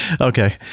Okay